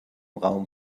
raum